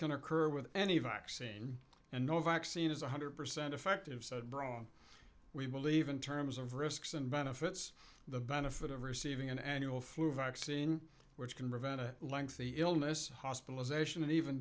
can occur with any of axing and no vaccine is one hundred percent effective said brown we believe in terms of risks and benefits the benefit of receiving an annual flu vaccine which can prevent a lengthy illness hospitalization and even